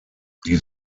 die